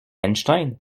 einstein